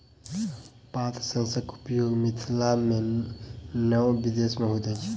पात सेंसरक उपयोग मिथिला मे नै विदेश मे होइत अछि